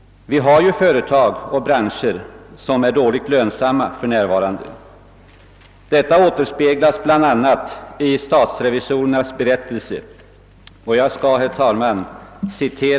Vi har företag och branscher som för närvarande har en otillfredsställande lönsamhet. Detta återspeglas bl.a. i statsrevisorernas berättelse, som jag här vill citera ett stycke ur.